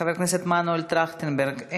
חבר הכנסת מנואל טרכטנברג,